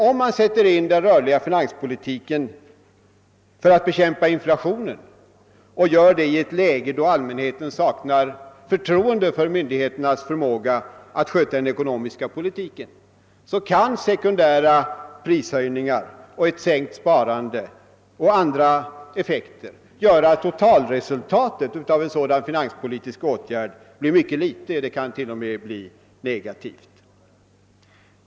Om man sätter in den rörliga finanspolitiken för att bekämpa inflationen i ett läge där allmänheten saknar förtroende för myndigheternas förmåga att sköta den ekonomiska politiken, kan sekundära prishöjningar, ett sänkt sparande och andra effekter göra att totalresultatet av en sådan finanspolitisk åtgärd blir mycket litet eller t.o.m. negativt.